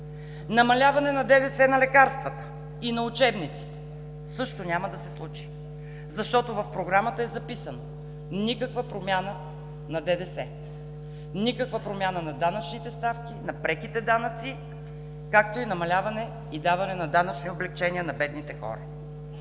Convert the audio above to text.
Намаляване на ДДС на лекарствата и на учебниците. Също няма да се случи, защото в програмата е записано: никаква промяна на ДДС, никаква промяна на данъчните ставка, на преките данъци, както и намаляване, и даване на данъчни облекчения на бедните хора.